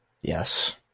Yes